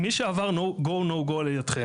מי שעבר "go/no go" על ידכם,